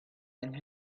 and